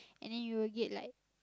and then you'll get like